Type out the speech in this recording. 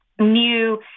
new